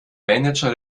manager